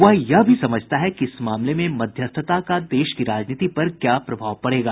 वह यह भी समझता है कि इस मामले में मध्यस्थता का देश की राजनीति पर क्या प्रभाव पड़ेगा